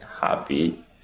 happy